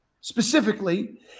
specifically